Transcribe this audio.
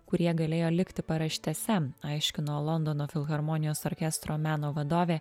kurie galėjo likti paraštėse aiškino londono filharmonijos orkestro meno vadovė